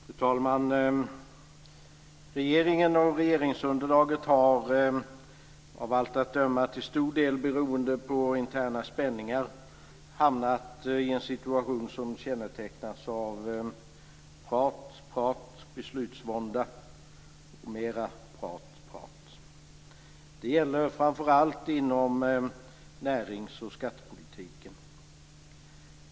Fru talman! Regeringen och regeringsunderlaget har - av allt att döma till stor del beroende på interna spänningar - hamnat i en situation som kännetecknas av prat, prat, beslutsvånda och mera prat, prat. Det gäller framför allt inom närings och skattepolitiken.